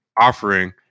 offering